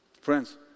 Friends